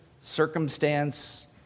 circumstance